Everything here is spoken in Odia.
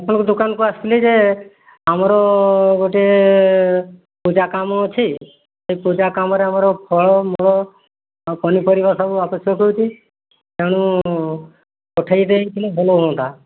ଆପଣଙ୍କୁ ଦୋକାନକୁ ଆସିଥିଲି ଯେ ଆମର ଗୋଟିଏ ପୂଜା କାମ ଅଛି ସେଇ ପୂଜା କାମରେ ଆମର ଫଳମୂଳ ଆଉ ପନିପରିବା ସବୁ ଆବଶ୍ୟକ ହେଉଛି ତେଣୁ ପଠାଇ ଦେଇଥିଲେ ଭଲ ହୁଅନ୍ତା